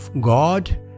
God